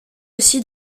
aussi